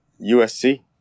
USC